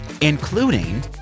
including